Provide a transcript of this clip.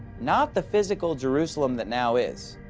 not the physical jerusalem that now is.